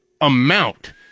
amount